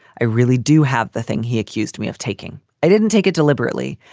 i really do have the thing he accused me of taking. i didn't take it deliberately.